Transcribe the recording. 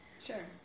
Sure